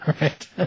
right